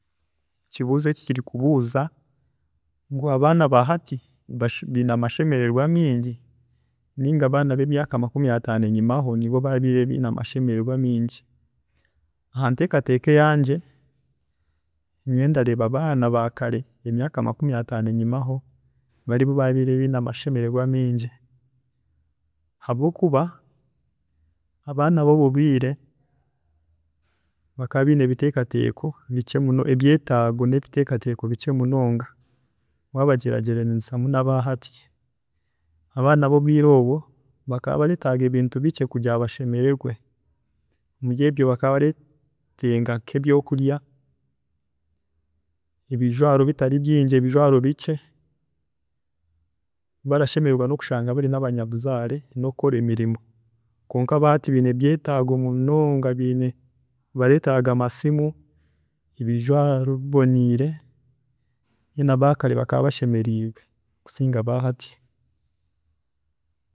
﻿Ekibuuzo eki kririkubuuza ngu abaana ba hati biine amashemererwa mingi neinga abaana bemyaaka makumi ataano enyimaho nibo babiire biine amashemererwa mingi? Hanteekateeka eyangye, nyowe ndareeba abaana ba kare emyaaka makumi ataano enyimaho haribo babiire biine amashemererwa mingi habwokuba abaana bobwe bwiire bakaba biine ebyeetaago nebiteekateeko bikye munonga wabagyeraa gyeraniisamu naba hati, abaana bobwe bwiire bakaba bareetaaga ebintu bikye kugira ngu bashemererwe. Muri ebyo bakaba bareetenga nkebyokurya, ebijwaaro bitari bingi, ebijwaaro bikye barashemererwa nokushanga bari nabanyabuzaare nokukora emirimo kwonka aba hati baine ebyeetaago munonga biine baretaaga amasimu, ebijwaaro biboniire, mbwenu aba kare bakaba bashemeriirwe kusinga aba hati.